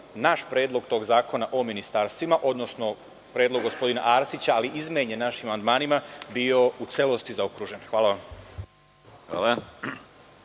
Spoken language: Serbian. naš predlog tog zakona o ministarstvima, odnosno predlog gospodina Arsića, ali izmenjen našim amandmanima bio u celosti zaokružen. Hvala.